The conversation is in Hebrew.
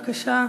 בבקשה.